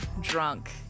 drunk